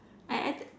I I think